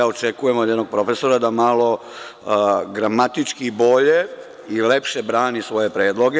Očekujem od jednog profesora da malo gramatički bolje i lepše brani svoje predloge.